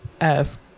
ask